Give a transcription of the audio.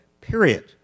period